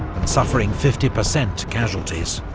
and suffering fifty percent casualties.